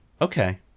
Okay